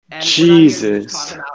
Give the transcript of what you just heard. Jesus